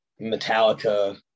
Metallica